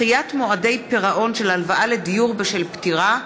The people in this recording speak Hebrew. (דחיית מועדי פירעון של הלוואה לדיור בשל פטירה),